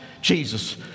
Jesus